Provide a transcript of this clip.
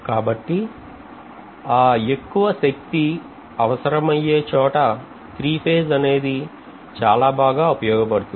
కాబట్టి అ ఎక్కువ శక్తి అవసరమయ్యే చోట త్రీ ఫేజ్ అనేది చాలా బాగా ఉపయోగ పడుతుంది